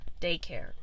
daycare